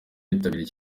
bitabiriye